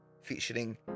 featuring